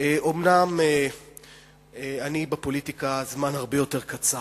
אומנם אני בפוליטיקה זמן הרבה יותר קצר,